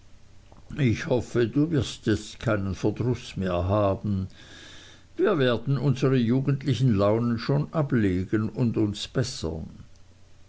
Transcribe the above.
ich hoffe du wirst jetzt keinen verdruß mehr haben wir werden unsre jugendlichen launen schon ablegen und uns bessern